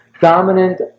dominant